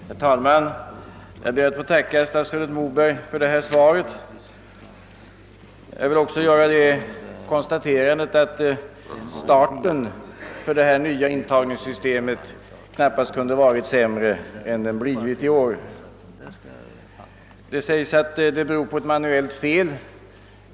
Herr talman! Jag ber att få tacka statsrådet Moberg för svaret. Jag vill också göra det konstaterandet, att starten för det nya intagningssystemet knappast kunde varit sämre än det blivit i år. Det sägs att det beror på ett manuellt fel.